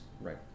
right